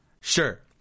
sure